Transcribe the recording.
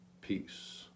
peace